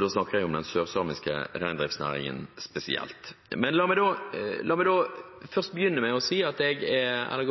Da snakker jeg om den sørsamiske reindriftsnæringen spesielt. La meg gå